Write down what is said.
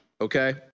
okay